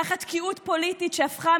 תחת תקיעות פוליטית שהפכה,